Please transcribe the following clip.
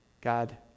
God